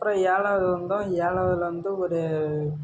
அப்புறம் ஏழாவது வந்தோம் ஏழாவதில் வந்து ஒரு